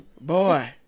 boy